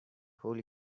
holly